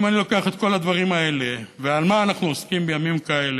אם אני לוקח את כל הדברים האלה ובמה אנחנו עוסקים בימים כאלה,